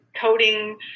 coding